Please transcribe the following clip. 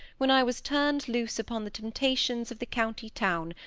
when i was turned loose upon the temptations of the county town,